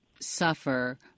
suffer